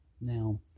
Now